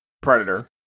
Predator